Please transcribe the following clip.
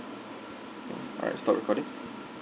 okay alright stop recording